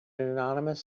anonymous